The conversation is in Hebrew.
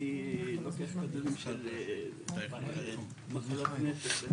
אני לוקח כדורים של מחלת נפש.